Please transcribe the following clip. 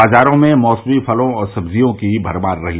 बाजारो में मौसमी फलो और सब्जियों की भरगार रहीं